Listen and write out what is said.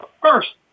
first